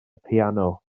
piano